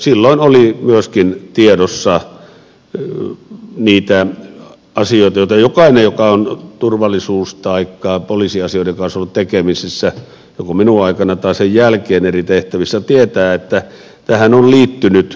silloin oli myöskin tiedossa niitä asioita joista jokainen joka on turvallisuus taikka poliisiasioiden kanssa ollut tekemisissä joko minun aikanani tai sen jälkeen eri tehtävissä tietää että tähän on liittynyt organisoitua toimintaa